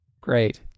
great